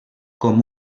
com